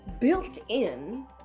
built-in